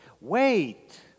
Wait